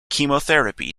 chemotherapy